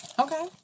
Okay